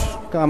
אם כך,